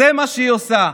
זה מה שהיא עושה.